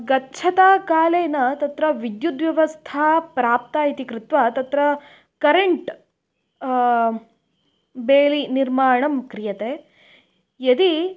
गच्छता कालेन तत्र विद्युद्व्यवस्था प्राप्ता इति कृत्वा तत्र करेण्ट् बेलि निर्माणं क्रियते यदि